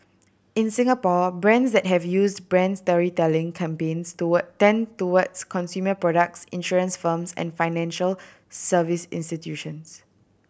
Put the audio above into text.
in Singapore brands that have used brand storytelling campaigns toward tend towards consumer products insurance firms and financial service institutions